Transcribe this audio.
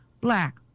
black